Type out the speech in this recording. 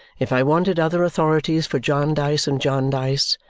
if i wanted other authorities for jarndyce and jarndyce,